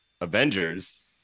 Avengers